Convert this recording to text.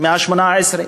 במאה ה-18,